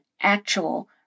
actual